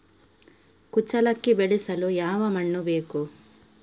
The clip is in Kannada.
ಕುಚ್ಚಲಕ್ಕಿ ಬೆಳೆಸಲು ಯಾವ ಮಣ್ಣು ಬೇಕು?